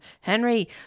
Henry